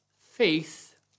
faith